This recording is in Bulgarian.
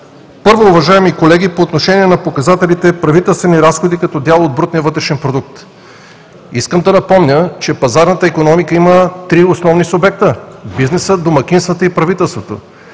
Първо, уважаеми колеги, по отношение на показателите за правителствени разходи като дял от брутния вътрешен продукт. Искам да напомня, че пазарната икономика има три основни субекта: бизнесът, домакинствата и правителството.